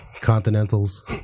Continentals